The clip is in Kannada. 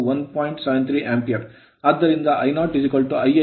73 Ampere ಆಂಪಿಯರ ಆದ್ದರಿಂದ I0Ii Im ಇದು 1